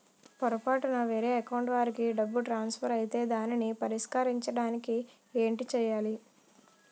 పొరపాటున వేరే అకౌంట్ వాలికి డబ్బు ట్రాన్సఫర్ ఐతే దానిని పరిష్కరించడానికి ఏంటి చేయాలి?